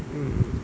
mm